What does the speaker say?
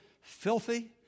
filthy